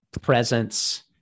presence